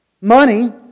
Money